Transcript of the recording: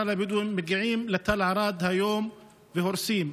לבדואים מגיעים לתל לערד היום והורסים.